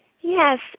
Yes